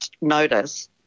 notice